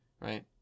right